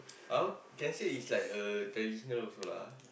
uh can say is like a traditional also lah ah